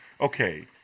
Okay